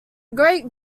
great